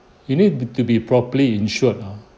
you need to be properly insured ah